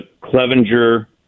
Clevenger